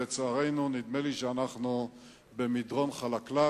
לצערנו, נדמה לי שאנחנו במדרון חלקלק,